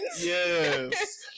Yes